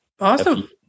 awesome